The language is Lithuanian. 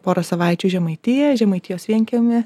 porą savaičių į žemaitiją žemaitijos vienkiemy